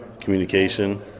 Communication